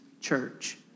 church